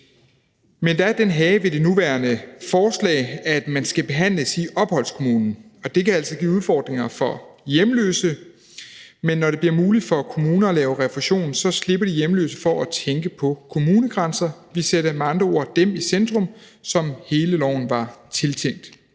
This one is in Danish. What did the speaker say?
Men der er den hage ved det nuværende forslag, at man skal behandles i opholdskommunen, og det kan altså give udfordringer for hjemløse, men når det bliver muligt for kommuner at lave refusion, slipper de hjemløse for at tænke på kommunegrænser. Vi sætter med andre ord dem, som hele loven var tiltænkt,